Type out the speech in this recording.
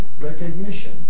recognition